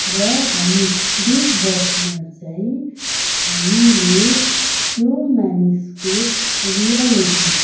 र हामी बिगबसमा चाहिँ हामीले त्यो मानिसको रियलिटी